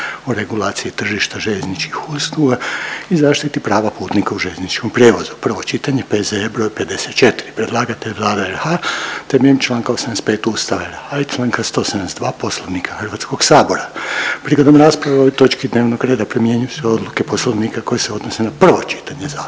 o regulaciji tržišta željezničkih usluga i zaštiti prava putnika u željezničkom prijevozu, prvo čitanje, P.Z.E. br. 54 Predlagatelj Vlada RH temeljem članka 85. Ustava RH i članka 172. Poslovnika Hrvatskog sabora. Prigodom rasprave o ovoj točki dnevnog reda primjenjuju se odluke Poslovnika koje se odnose na prvo čitanje